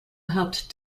helped